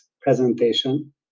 presentation